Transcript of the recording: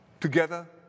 Together